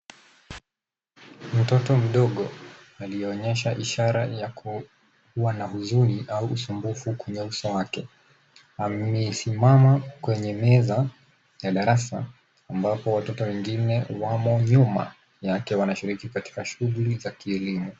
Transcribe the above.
Mtoto mdogo aliyeonyesha ishara ya kuwa na huzuni au usumbufu kwenye uso wake. Amesimama kwenye meza ya darasa ambapo watoto wengine wamo nyuma yake, wanashiriki katika shughuli za kielimu.